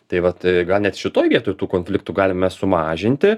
tai vat gal net šitoj vietoj tų konfliktų galim mes sumažinti